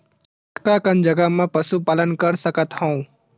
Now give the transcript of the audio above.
कतका कन जगह म पशु पालन कर सकत हव?